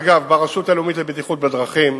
אגב, ברשות הלאומית לבטיחות בדרכים,